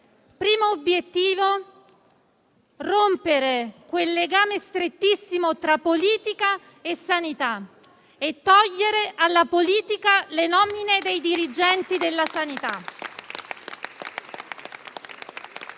Primo obiettivo: rompere quel legame strettissimo tra politica e sanità e togliere alla politica le nomine dei dirigenti della sanità.